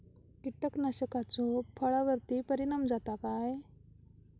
कीटकनाशकाचो फळावर्ती परिणाम जाता काय?